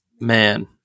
Man